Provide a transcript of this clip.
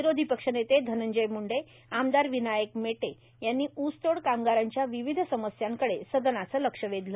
विरोधी पक्षनेते धनंजय मुंडे आमदार विनायक मेटे यांनी ऊसतोड कामगारांच्या विविध समस्यांकडे सदनाचं लक्ष वेधलं